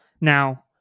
Now